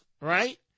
right